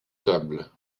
tables